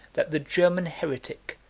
that the german heretic,